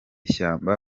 ishyamba